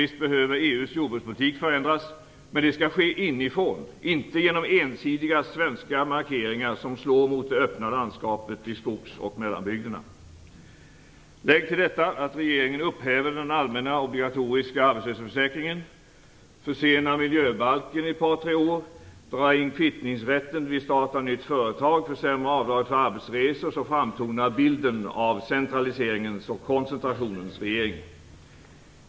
Visst behöver EU:s jordbrukspolitik förändras, men det skall ske inifrån och inte genom ensidiga svenska markeringar som slår mot det öppna landskapet i skogs och mellanbygderna. Lägg till detta att regeringen upphäver den allmänna obligatoriska arbetslöshetsförsäkringen, försenar miljöbalken i två till tre år, drar in kvittningsrätten vid start av nya företag och försämrar avdraget för arbetsresor. Då framtonar bilden av centraliseringens och koncentrationens regering.